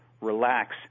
relax